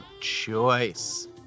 choice